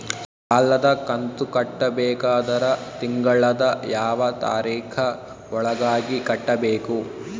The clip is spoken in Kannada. ಸಾಲದ ಕಂತು ಕಟ್ಟಬೇಕಾದರ ತಿಂಗಳದ ಯಾವ ತಾರೀಖ ಒಳಗಾಗಿ ಕಟ್ಟಬೇಕು?